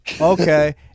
Okay